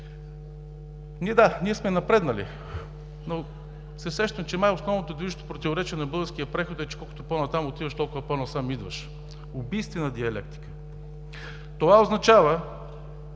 Да, ние сме напреднали, но се сещам, че май основното движещо противоречие на българския преход е, че колкото по-натам отиваш, толкова по-насам идваш. Убийствена диалектика! Това означава,